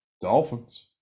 Dolphins